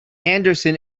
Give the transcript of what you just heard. anderson